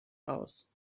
aus